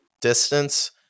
distance